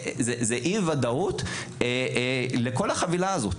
זה אי-ודאות לכל החבילה הזאת,